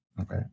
Okay